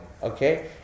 Okay